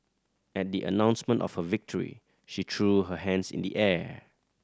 at the announcement of a victory she threw her hands in the air